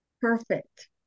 Perfect